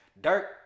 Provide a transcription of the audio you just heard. Dirk